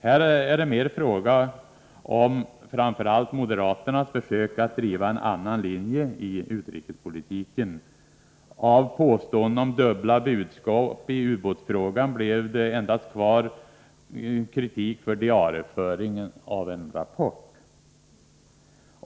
Här är det mer fråga om framför allt moderaternas försök att driva en annan linje i utrikespolitiken. Av påståendena om dubbla budskap i ubåtsfrågan blev det endast kvar kritik för diarieföring av en rapport.